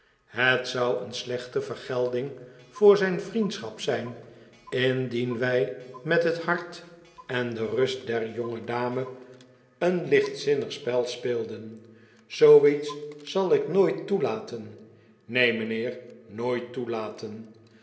het zou een slechte vergelding voor zijn vriendschap zijn indien wij met het hart en de rust der jongedame een lichtzinnig spel speelden zooiets zal ik nooit toelaten neen mijnheer nooit toelaten